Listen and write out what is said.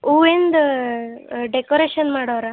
ಹೂವಿಂದು ಡೆಕೋರೇಷನ್ ಮಾಡೋವ್ರಾ